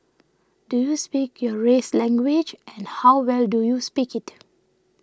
do you speak your race's language and how well do you speak it